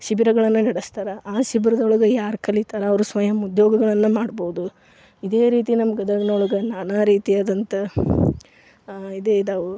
ಶಿಬಿರಗಳನ್ನು ನಡೆಸ್ತಾರೆ ಆ ಶಿಬಿರದೊಳಗೆ ಯಾರು ಕಲಿತಾರೆ ಅವರು ಸ್ವಯಮ್ ಉದ್ಯೋಗಗಳನ್ನು ಮಾಡ್ಬೋದು ಇದೇ ರೀತಿ ನಮ್ಮ ಗದಗಿನೊಳಗೆ ನಾನಾ ರೀತಿಯಾದಂಥ ಇದೆ ಇದಾವು